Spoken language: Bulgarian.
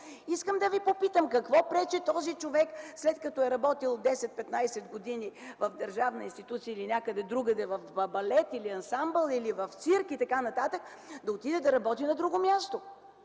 Искам да Ви попитам: какво пречи този човек, след като е работил 10-15 години в държавна институция или някъде другаде в балет, в ансамбъл или в цирк и т.н., да отиде да работи на друго място?